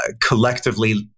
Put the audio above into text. collectively